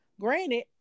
Granted